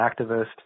activist